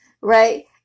right